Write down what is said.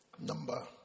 Number